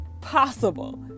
possible